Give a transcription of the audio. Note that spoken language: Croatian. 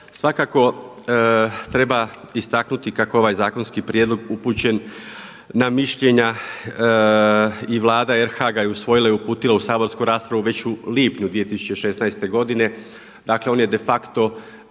Svakako treba istaknuti kako je ovaj zakonski prijedlog upućen na mišljenja i Vlada RH ga je usvojila i uputila u saborsku raspravu već u lipnju 2016. godine, dakle on je de facto